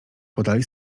podali